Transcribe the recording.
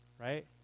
right